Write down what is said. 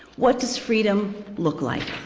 what does freedom look like?